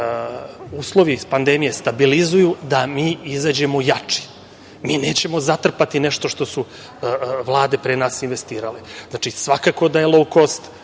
uslovi pandemije stabilizuju da mi izađemo jači. Mi nećemo zatrpati nešto što su vlade pre nas investirale. Znači, svakako da je lou kost